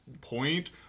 point